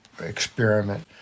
experiment